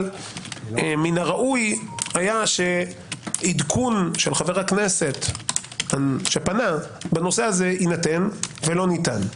מן הראוי היה שעדכון של חבר הכנסת שפנה בנושא הזה יינתן - ולא ניתן.